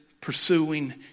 pursuing